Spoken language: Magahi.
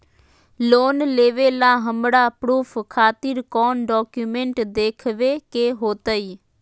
लोन लेबे ला हमरा प्रूफ खातिर कौन डॉक्यूमेंट देखबे के होतई?